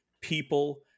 people